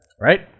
right